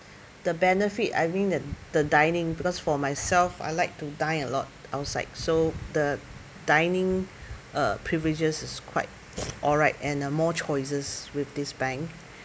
the benefit I think that the dining because for myself I like to dine a lot outside so the dining uh privileges is quite alright and uh more choices with this bank